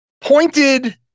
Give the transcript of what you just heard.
Pointed